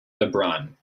lebrun